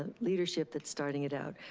ah leadership that's starting it out.